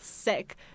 Sick